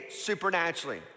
supernaturally